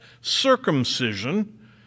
circumcision